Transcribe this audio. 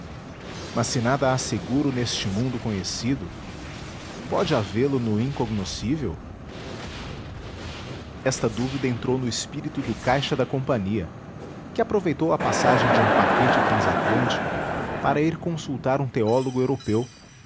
há seguro neste mundo conhecido pode havê lo no incognoscível esta dúvida entrou no espírito do caixa da companhia que aproveitou a passagem de um paquete transatlântico para ir consultar um teólogo europeu